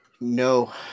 No